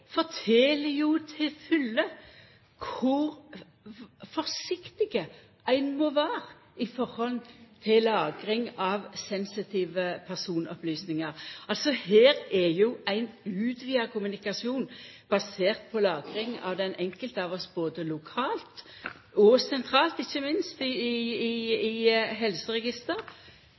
det til fulle kor forsiktig ein må vera i høve til lagring av sensitive personopplysningar. Her er det jo ein utvida kommunikasjon basert på lagring av opplysningar om den enkelte av oss lokalt og sentralt, ikkje minst i